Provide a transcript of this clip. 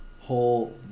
whole